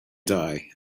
die